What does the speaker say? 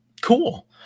cool